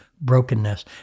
brokenness